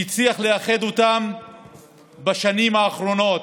כשהצליח לאחד אותם בשנים האחרונות.